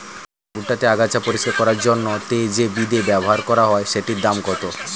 ভুট্টা তে আগাছা পরিষ্কার করার জন্য তে যে বিদে ব্যবহার করা হয় সেটির দাম কত?